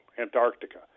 Antarctica